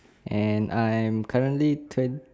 and I'm currently twen~